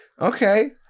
Okay